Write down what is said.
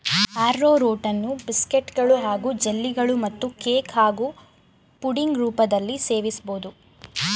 ಆರ್ರೋರೂಟನ್ನು ಬಿಸ್ಕೆಟ್ಗಳು ಹಾಗೂ ಜೆಲ್ಲಿಗಳು ಮತ್ತು ಕೇಕ್ ಹಾಗೂ ಪುಡಿಂಗ್ ರೂಪದಲ್ಲೀ ಸೇವಿಸ್ಬೋದು